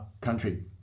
country